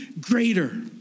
greater